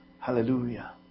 Hallelujah